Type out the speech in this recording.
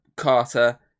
Carter